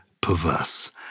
perverse